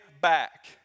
back